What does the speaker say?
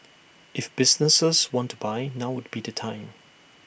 if businesses want to buy now would be the time